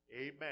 Amen